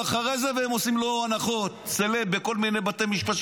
אחרי זה והם עושים לו הנחות סלב בכל מיני בתי משפט,